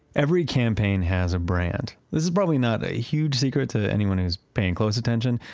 every campaign has a brand. this is probably not a huge secret to anyone who's paying close attention.